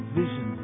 vision